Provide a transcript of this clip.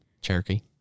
Cherokee